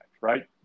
right